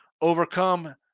overcome